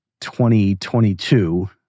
2022